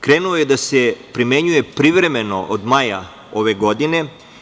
Krenuo je da se primenjuje privremeno od maja ove godine.